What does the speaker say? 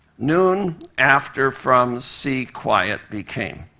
noon after from sea quiet became.